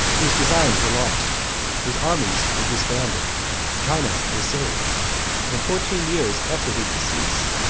his designs were lost his armies were disbanded china was saved and fourteen years after his decease,